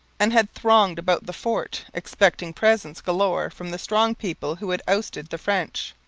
and had thronged about the fort, expecting presents galore from the strong people who had ousted the french.